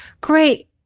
great